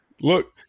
Look